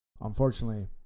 Unfortunately